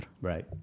Right